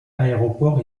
aéroport